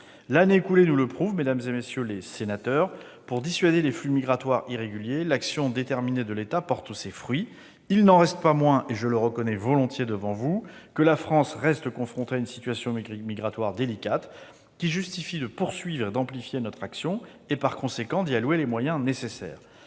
L'année écoulée nous le prouve, mesdames, messieurs les sénateurs, pour dissuader les flux migratoires irréguliers, l'action déterminée de l'État porte ses fruits. Il n'en reste pas moins, et je le reconnais volontiers devant vous, que la France reste confrontée à une situation migratoire délicate, qui justifie de poursuivre et d'amplifier notre action et, par conséquent, d'y allouer les moyens nécessaires.